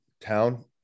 town